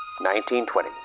1920